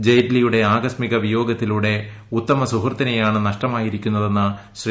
ജയ്റ്റ്ലിയുടെ ആകസ്മിക വിയോഗ ത്തിലൂടെ ഉത്തമസുഹൃത്തിനെയാണ് നഷ്ടമായിരിക്കുന്നതെന്ന് ശ്രീ